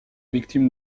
victime